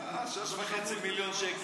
אה, 6.5 מיליון שקל,